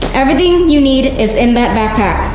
everything you need is in that backpack.